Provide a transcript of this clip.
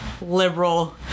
liberal